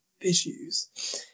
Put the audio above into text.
issues